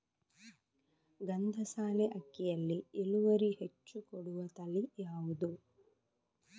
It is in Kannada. ಗಂಧಸಾಲೆ ಅಕ್ಕಿಯಲ್ಲಿ ಇಳುವರಿ ಹೆಚ್ಚು ಕೊಡುವ ತಳಿ ಯಾವುದು?